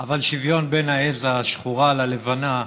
אבל בשוויון בין העז השחורה ללבנה,